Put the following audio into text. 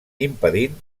impedint